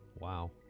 Wow